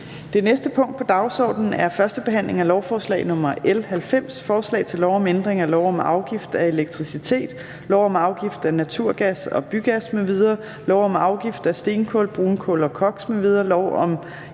Det næste punkt på dagsordenen er: 18) 1. behandling af lovforslag nr. L 90: Forslag til lov om ændring af lov om afgift af elektricitet, lov om afgift af naturgas og bygas m.v., lov om afgift af stenkul, brunkul og koks m.v., lov om energiafgift